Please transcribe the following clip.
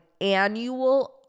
annual